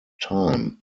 time